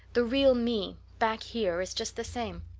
the real me back here is just the same.